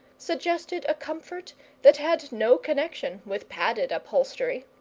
suggested a comfort that had no connexion with padded upholstery.